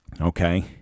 Okay